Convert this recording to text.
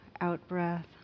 out-breath